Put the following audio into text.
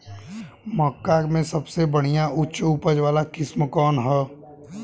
मक्का में सबसे बढ़िया उच्च उपज वाला किस्म कौन ह?